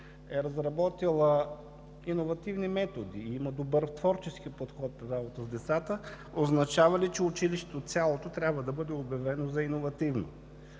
е разработила иновативни методи, има добър творчески подход за работа с децата, означава ли, че цялото училище трябва да бъде обявено за иновативно?